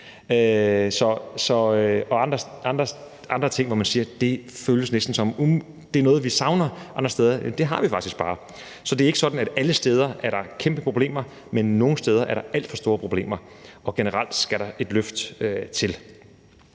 andre ting, hvor man siger, at det næsten føles som noget, vi savner, mens de andre steder bare har det. Så det er ikke sådan, at der alle steder er kæmpe problemer, men nogle steder er der alt for store problemer, og generelt skal der et løft til.